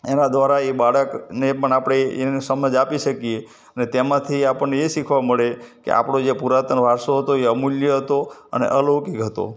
એના દ્વારા એ બાળકને પણ આપણે એ સમજ આપી શકીએ અને તેમાંથી એ આપણને એ શીખવા મળે કે આપણો જે પુરાતન વારસો હતો એ અમૂલ્ય હતો અને અલૌકિક હતો